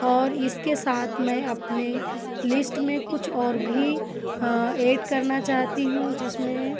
और इसके साथ मैं अपने लिस्ट में कुछ और भी एड करना चाहती हूँ जिसमें